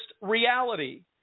reality